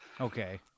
Okay